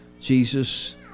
jesus